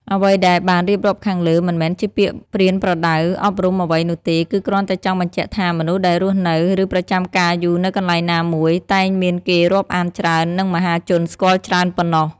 អ្វីដែលបានរៀបរាប់ខាងលើ មិនមែនជាពាក្យប្រៀនប្រដៅអប់រំអ្វីនោះទេ គឺគ្រាន់តែចង់បញ្ជាក់ថា មនុស្សដែលរស់នៅ ឬប្រចាំការយូរនៅកន្លែងណាមួយ តែងមានគេរាប់អានច្រើន និងមហាជនស្គាល់ច្រើនប៉ុណ្ណោះ។